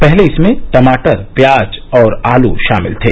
पहले इसमें टमाटर प्याज और आलू शामिल थे